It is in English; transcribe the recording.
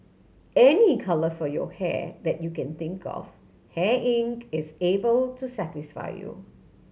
any colour for your hair that you can think of Hair Inc is able to satisfy you